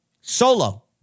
Solo